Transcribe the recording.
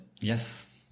yes